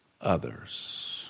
others